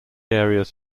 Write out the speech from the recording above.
areas